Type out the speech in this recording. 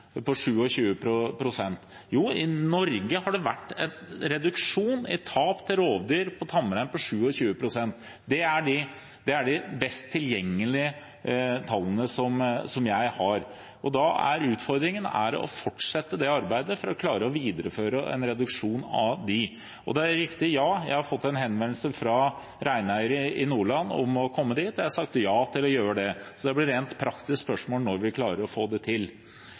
I Norge har det vært en reduksjon i tap av tamrein til rovdyr på 27 pst. Det er de best tilgjengelige tallene som jeg har. Da er utfordringen å fortsette det arbeidet for å klare å videreføre den reduksjonen. Ja, det er riktig at jeg har fått en henvendelse fra reineiere i Nordland om å komme dit. Jeg har sagt ja til å gjøre det. Det blir et rent praktisk spørsmål når vi klarer å få det til.